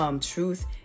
truth